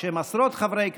בשם עשרות חברי כנסת,